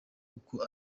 uko